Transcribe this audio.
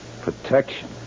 Protection